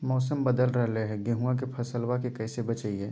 मौसम बदल रहलै है गेहूँआ के फसलबा के कैसे बचैये?